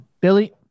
Billy